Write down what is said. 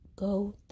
Go